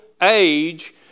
age